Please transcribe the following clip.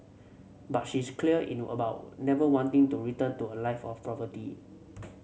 but she's clear in about never wanting to return to a life of poverty